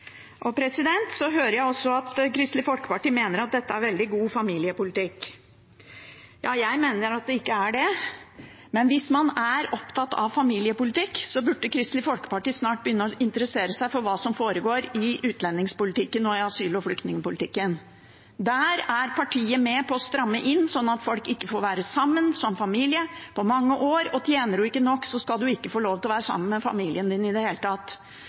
Kristelig Folkeparti mener at dette er veldig god familiepolitikk. Jeg mener at det ikke er det, men hvis man er opptatt av familiepolitikk, burde Kristelig Folkeparti snart begynne å interessere seg for hva som foregår i utlendingspolitikken og i asyl- og flyktningpolitikken. Der er partiet med på å stramme inn slik at folk ikke får være sammen som familie på mange år, og tjener du ikke nok, skal du ikke få lov til å være sammen med familien din i det hele tatt.